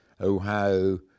ohio